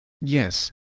Yes